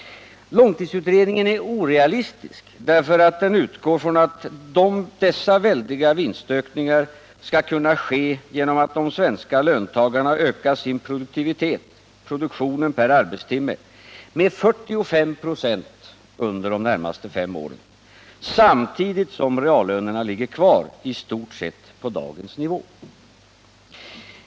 Långtidsutredningen är orealistisk, därför att den utgår från att dessa väldiga vinstökningar skall kunna ske genom att de svenska löntagarna ökar - produktionen per arbetstimme med 45 26 under de närmaste fem åren samtidigt som reallönerna ligger kvar i stort sett på dagens nivå.